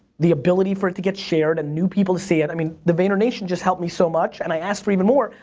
the ability for it to get shared and new people to see it, i mean the vaynernation just helped me so much and i asked for even more,